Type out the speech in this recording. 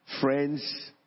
Friends